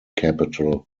capital